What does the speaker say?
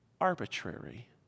arbitrary